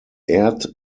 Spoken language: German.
erd